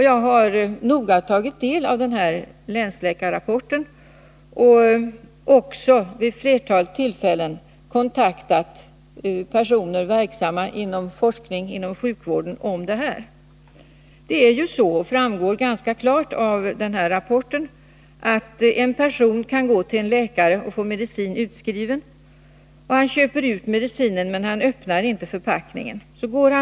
Jag har noga tagit del av länsläkarrapporten och har också vid ett flertal tillfällen kontaktat personer, verksamma med forskning på det här området inom sjukvården. Det framgår ganska klart av rapporten att en person kan gå till en läkare och få medicin utskriven, sedan köpa ut medicinen, men inte öppna förpackningen.